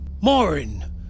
Morin